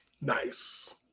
Nice